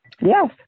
Yes